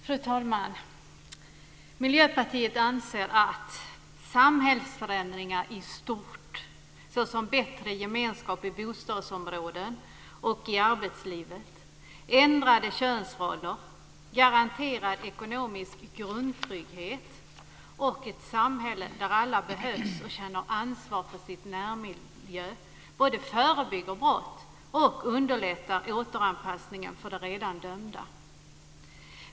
Fru talman! Miljöpartiet anser att samhällsförändringar i stort såsom bättre gemenskap i bostadsområden och i arbetslivet, ändrade könsroller, garanterad ekonomisk grundtrygghet och ett samhälle där alla behövs och känner ansvar för sin närmiljö både förebygger brott och underlättar återanpassningen för de redan dömda.